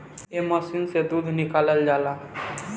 एह मशीन से दूध निकालल जाला